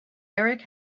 erik